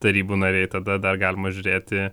tarybų nariai tada dar galima žiūrėti